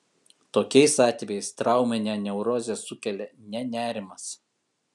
tokiais atvejais trauminę neurozę sukelia ne nerimas